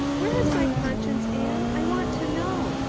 where is my conscience, anne? i want to know.